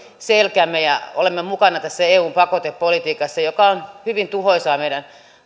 selkämme ja olemme mukana tässä eun pakotepolitiikassa joka on hyvin tuhoisaa meidän